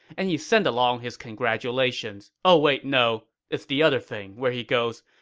and he sent along his congratulations. oh wait, no, it's the other thing, where he goes,